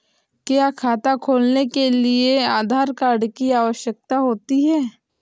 क्या खाता खोलने के लिए आधार कार्ड की आवश्यकता होती है?